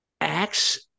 acts